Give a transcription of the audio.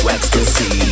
Ecstasy